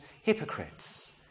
hypocrites